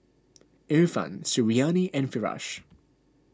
Irfan Suriani and Firash